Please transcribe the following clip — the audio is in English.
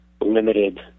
limited